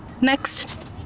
Next